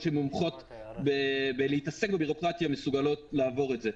שמומחיות בבירוקרטיה מסוגלות לעבור את זה.